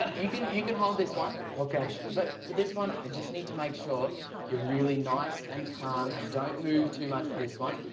ah you can you can hold this one. okay. but for this one, i just need to make sure you're really nice and calm and don't move too much for this one.